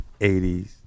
80s